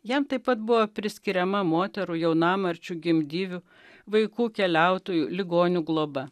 jam taip pat buvo priskiriama moterų jaunamarčių gimdyvių vaikų keliautojų ligonių globa